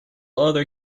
other